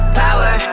power